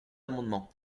amendement